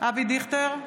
אבי דיכטר,